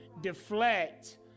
deflect